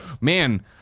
man